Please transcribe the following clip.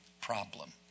problem